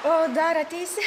o dar ateisi